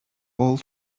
all